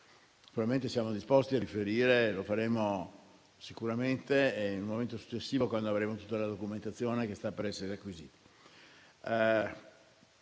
decesso. Siamo disposti a riferire e lo faremo sicuramente in un momento successivo, quando avremo tutta la documentazione che sta per essere acquisita.